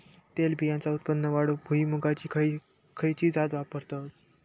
तेलबियांचा उत्पन्न वाढवूक भुईमूगाची खयची जात वापरतत?